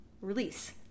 release